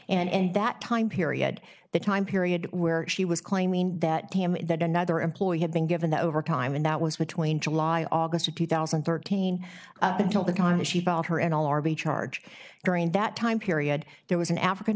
and that time period the time period where she was claiming that cam that another employee had been given the overtime and that was between july august of two thousand and thirteen until the con if she bought her at all rb charge during that time period there was an african